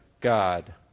God